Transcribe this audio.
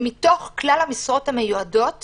מתוך כלל המשרות המיועדות